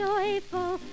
Joyful